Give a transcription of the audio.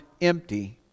empty